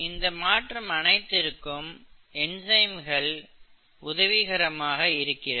இந்த மாற்றம் அனைத்திற்கும் என்சைம்கள் உதவிகரமாக இருக்கிறது